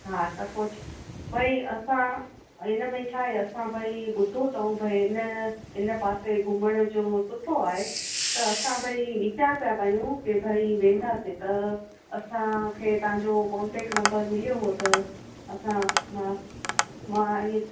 हा त पोइ भई असां इन में छा ऐं असां भई ॿुधो अथऊं भई इन इन पासे घुमण जो सुठो आहे त असां भई वीचारु पिया कयूं की भाई वेंदासीं त असांखे तव्हांजो कॉन्टेक्ट नंबर मिलियो हो त असां मां मां ईअं